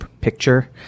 picture